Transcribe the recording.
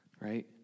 right